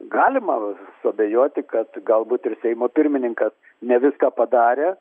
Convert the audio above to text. galima suabejoti kad galbūt ir seimo pirmininkas ne viską padarė